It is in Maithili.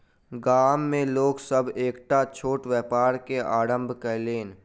गाम में लोक सभ एकटा छोट व्यापार के आरम्भ कयलैन